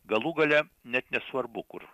galų gale net nesvarbu kur